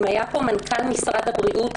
אם היה פה מנכ"ל משרד הבריאות,